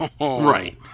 Right